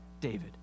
David